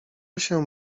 się